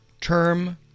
term